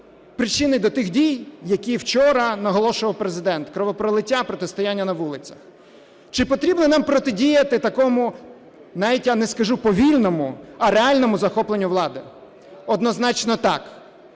причетна до тих дій, які вчора наголошував Президент: кровопролиття, протистояння на вулицях. Чи потрібно нам протидіяти такому, навіть я не скажу, повільному, а реальному захопленню влади? Однозначно, так.